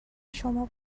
شما